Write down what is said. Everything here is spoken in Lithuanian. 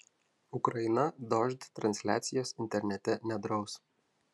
ukraina dožd transliacijos internete nedraus